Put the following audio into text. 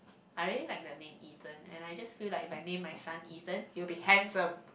I really like the name Ethan and I just feel like if I name my son Ethan he will be handsome